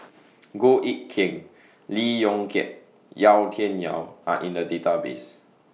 Goh Eck Kheng Lee Yong Kiat Yau Tian Yau Are in The Database